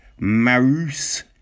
Marus